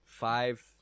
Five